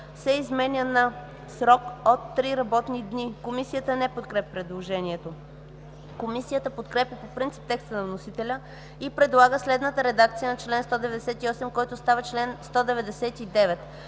се изменя на „срок от три работни дни”.” Комисията не подкрепя предложението. Комисията подкрепя по принцип текста на вносителя и предлага следната редакция на чл. 198, който става чл. 199: